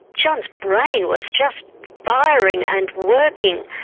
john's brain was just firing and working,